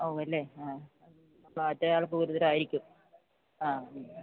ആകും അല്ലേ ആ മറ്റേയാൾക്ക് ഗുരുതരമായിരിക്കും ആ ഉണ്ട്